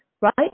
right